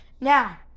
Now